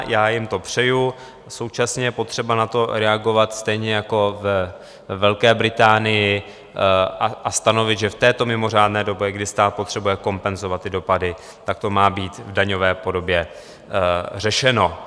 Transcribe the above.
Já jim to přeju, současně je potřeba na to reagovat stejně jako ve Velké Británii a stanovit, že v této mimořádné době, kdy stát potřebuje kompenzovat dopady, to má být v daňové podobě řešeno.